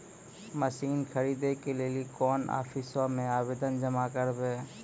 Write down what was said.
Machine खरीदै के लेली कोन आफिसों मे आवेदन जमा करवै?